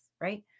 right